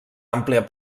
àmplia